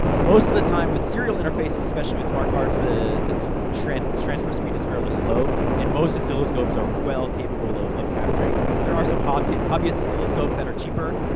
most of the time, with serial interfaces, especially with smart cards, the the transfer transfer speed is fairly slow. and most oscilloscopes are well capable ah of capturing. there are some hobbyist hobbyist oscilloscopes, that are cheaper,